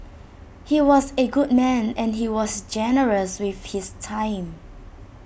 he was A good man and he was generous with his time